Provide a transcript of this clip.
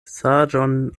saĝon